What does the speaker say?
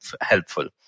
helpful